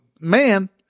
man